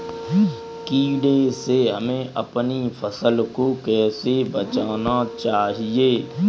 कीड़े से हमें अपनी फसल को कैसे बचाना चाहिए?